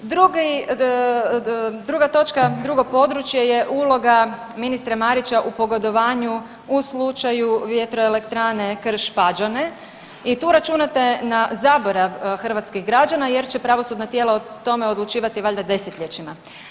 Drugi, druga točka, drugo područje je uloga ministra Marića u pogodovanju u slučaju vjetroelektrane Krš-Pađene i tu računate na zaborav hrvatskih građana jer će pravosudna tijela o tome odlučivati valjda desetljećima.